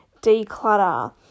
declutter